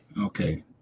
Okay